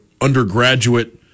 undergraduate